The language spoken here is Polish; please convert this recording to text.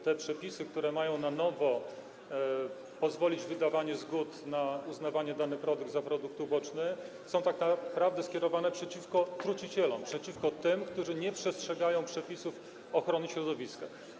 Te przepisy, które mają pozwolić na nowo na wydawanie zgód na uznawanie danego produktu za produkt uboczny, są tak naprawdę skierowane przeciwko trucicielom, przeciwko tym, którzy nie przestrzegają przepisów ochrony środowiska.